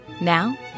now